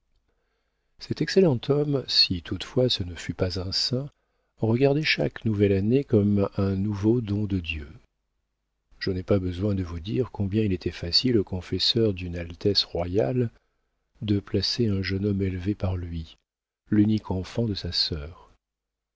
cet excellent homme si toutefois ce ne fut pas un saint regardait chaque nouvelle année comme un nouveau don de dieu je n'ai pas besoin de vous dire combien il était facile au confesseur d'une altesse royale de placer un jeune homme élevé par lui l'unique enfant de sa sœur